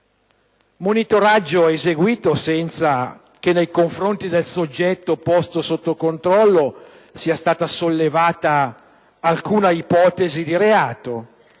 monitoraggio eseguito senza che nei confronti del soggetto posto sotto controllo sia stata sollevata alcuna ipotesi di reato,